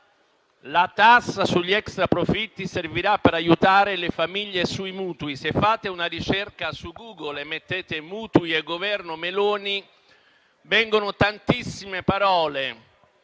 la tassa sugli extra profitti servirà per aiutare le famiglie sui mutui». Se fate una ricerca su Google sulle parole «mutui« e «Governo Meloni» vengono fuori tantissime parole,